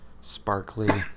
sparkly